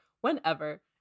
whenever